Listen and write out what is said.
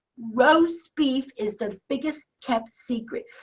roast beef is the biggest kept secret.